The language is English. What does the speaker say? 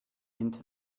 into